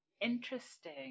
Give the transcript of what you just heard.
Interesting